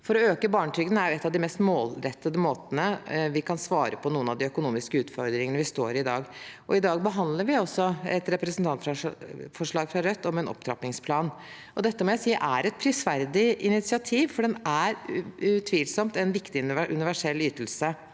for å øke barnetrygden er en av de mest målrettede måtene vi kan svare på noen av de økonomiske utfordringene vi står i i dag. I dag behandler vi også et representantforslag fra Rødt om en opptrappingsplan. Det må jeg si er et prisverdig initiativ, for det er utvilsomt en viktig universell ytelse.